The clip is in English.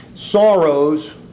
Sorrows